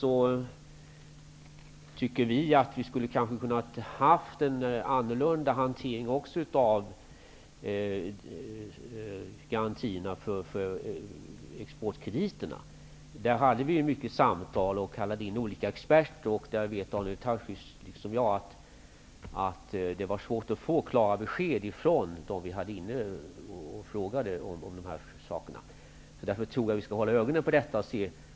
Vi tycker också att man skulle ha kunnat ha en annorlunda hantering av exportkreditgarantierna. Vi förde många samtal, och vi kallade in olika experter i det sammanhanget. Daniel Tarschys vet lika väl som jag att det var svårt att få klara besked från dem som vi kallade in för utfrågning. Vi bör hålla ögonen på denna fråga.